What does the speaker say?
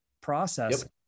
process